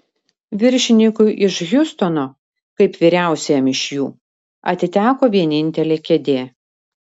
viršininkui iš hjustono kaip vyriausiajam iš jų atiteko vienintelė kėdė